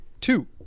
two